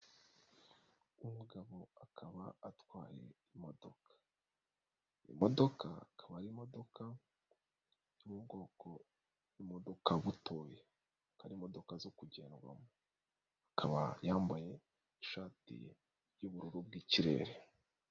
Umugabo akaba atwaye imodoka. Iyo modoka akaba imodoka yo mu bwoko bw'imodoka butoya. Akaba ari imodoka zo kugendwamo. Akaba yambaye ishati y'ubururu bw'ikirere.